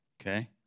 Okay